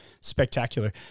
spectacular